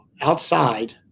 outside